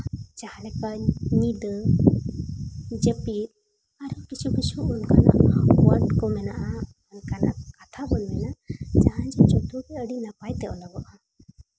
ᱡᱟᱦᱟᱸ ᱞᱮᱠᱟᱹᱧ ᱧᱤᱫᱟᱹ ᱡᱟᱹᱯᱤᱫ ᱟᱨ ᱦᱚᱸ ᱠᱤᱪᱷᱩ ᱠᱤᱪᱷᱩ ᱚᱱᱠᱟᱱᱟᱜ ᱳᱣᱟᱨᱰ ᱠᱚ ᱢᱮᱱᱟᱜᱼᱟ ᱚᱱᱠᱟᱱᱟᱜ ᱠᱟᱛᱷᱟ ᱵᱚᱱ ᱢᱮᱱᱟ ᱡᱟᱦᱟᱸ ᱡᱮ ᱡᱚᱛᱚᱜᱮ ᱟᱹᱰᱤ ᱱᱟᱯᱟᱭᱛᱮ ᱚᱞᱚᱜᱼᱟ